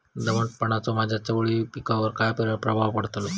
दमटपणाचा माझ्या चवळी पिकावर काय प्रभाव पडतलो?